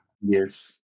Yes